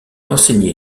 enseignait